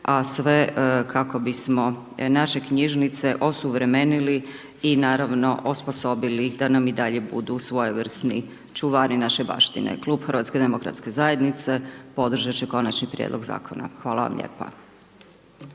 a sve kako bismo naše knjižnice osuvremenili i naravno, osposobili da nam i dalje budu svojevrsni čuvari naše baštine. Klub HDZ-a podržat će Konačni prijedlog zakona. Hvala vam lijepa.